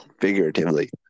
figuratively